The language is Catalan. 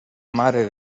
mare